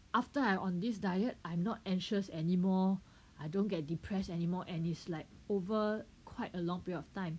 after I on this diet I'm not anxious anymore I don't get depressed anymore and it's like over quite a long period of time